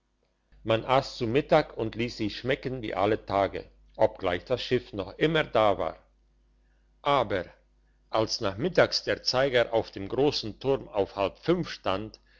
man ass zu mittag und liess sich's schmecken wie alle tage obgleich das schiff noch immer da war aber als nachmittags der zeiger auf dem grossen turm auf halb fünf stand